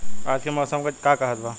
आज क मौसम का कहत बा?